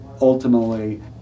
ultimately